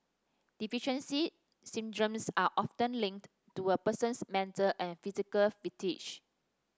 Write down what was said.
deficiency syndromes are often linked to a person's mental and physical fatigue